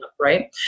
right